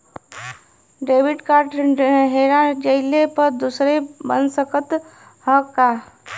Debit card हेरा जइले पर दूसर बन सकत ह का?